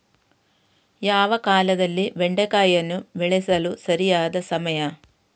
ಯಾವ ಕಾಲದಲ್ಲಿ ಬೆಂಡೆಕಾಯಿಯನ್ನು ಬೆಳೆಸಲು ಸರಿಯಾದ ಸಮಯ?